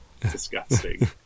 disgusting